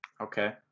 Okay